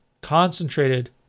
Concentrated